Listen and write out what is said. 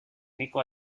nico